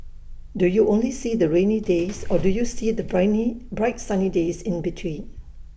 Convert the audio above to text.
do you only see the rainy days or do you see the bright sunny days in between